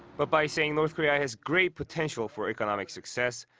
but by saying north korea has great potential for economic success,